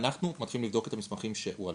אנחנו מתחילים לבדוק את המסמכים שהועלו.